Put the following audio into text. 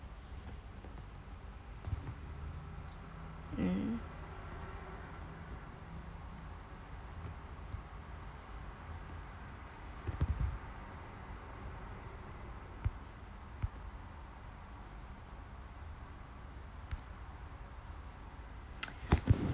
uh mm